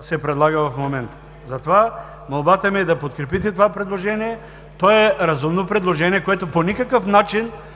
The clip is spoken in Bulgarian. се предлага в момента. Затова молбата ми е да подкрепите това предложение. То е разумно предложение и по никакъв начин